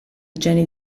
geni